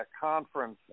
conference